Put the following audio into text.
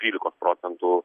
trylikos procentų